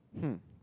hmm